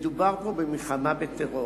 מדובר פה במלחמה בטרור.